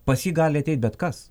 pas jį gali ateit bet kas